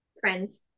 Friends